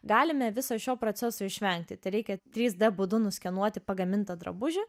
galime viso šio proceso išvengti tereikia trys d būdu nuskenuoti pagamintą drabužį